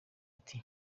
ati